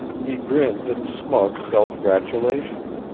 he grinned in smug self-gratulation.